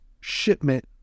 shipment